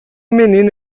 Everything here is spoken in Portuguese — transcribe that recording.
menina